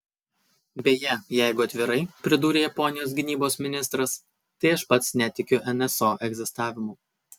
beje jeigu atvirai pridūrė japonijos gynybos ministras tai aš pats netikiu nso egzistavimu